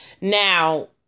Now